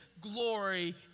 glory